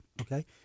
okay